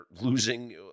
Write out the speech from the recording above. losing